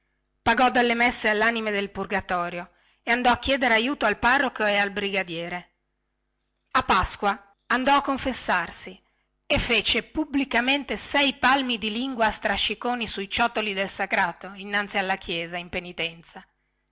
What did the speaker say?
delle messe alle anime del purgatorio e andò a chiedere aiuto al parroco e al brigadiere a pasqua andò a confessarsi e fece pubblicamente sei palmi di lingua a strasciconi sui ciottoli del sacrato innanzi alla chiesa in penitenza